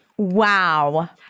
Wow